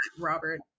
Robert